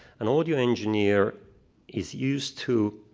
an audio engineer is used to